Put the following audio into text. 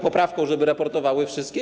Poprawkę, żeby raportowały wszystkie?